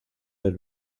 del